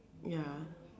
ya